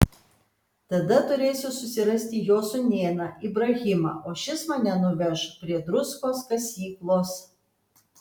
tada turėsiu susirasti jo sūnėną ibrahimą o šis mane nuveš prie druskos kasyklos